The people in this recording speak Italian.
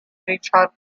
richard